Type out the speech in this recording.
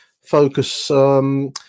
focus